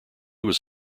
was